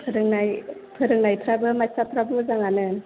फोरोंनाय फोरोंनायफोराबो मास्टारफ्राबो मोजांआनो